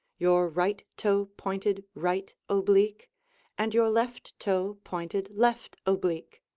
your right toe pointed right oblique and your left toe pointed left oblique,